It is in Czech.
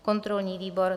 Kontrolní výbor: